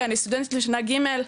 פה,